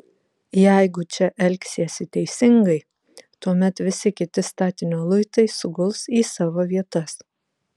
jeigu čia elgsiesi teisingai tuomet visi kiti statinio luitai suguls į savo vietas